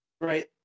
Right